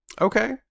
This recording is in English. Okay